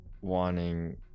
wanting